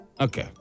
Okay